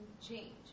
change